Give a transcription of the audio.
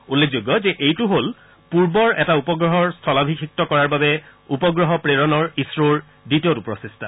উল্লেখযোগ্য যে এইটো হল পূৰ্বৰ এটা উপগ্ৰহৰ স্থলাভিষিক্ত কৰাৰ বাবে উপগ্ৰহ প্ৰেৰণৰ ইছৰোৰ দ্বিতীয়টো প্ৰচেষ্টা